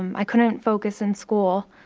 um i couldn't focus in school.